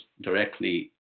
directly